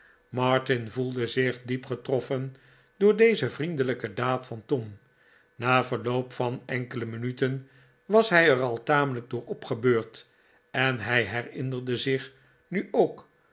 martin voelde zich diep getrofferi door deze vriendelijke daad van tom na verloop van enkele minuten was hij er al tamelijk door opgebeurd en hij herinnerde zich nu ook